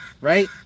right